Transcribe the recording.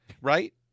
right